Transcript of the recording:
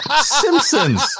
simpsons